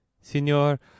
signor